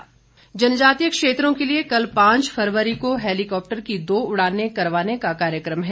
उड़ान जनजातीय क्षेत्रों के लिए कल पांच फरवरी को हैलीकॉप्टर की दो उड़ानें करवाने का कार्यक्रम है